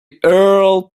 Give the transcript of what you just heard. earl